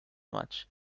much